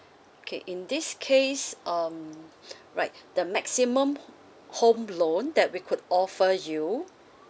okay in this case um right the maximum home loan that we could offer you